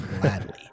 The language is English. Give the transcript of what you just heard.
gladly